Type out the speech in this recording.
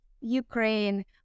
Ukraine